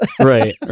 Right